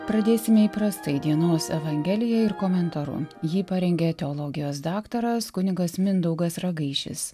pradėsiu neįprastai dienos evangelija ir komentaru jį parengė teologijos daktaras kunigas mindaugas ragaišis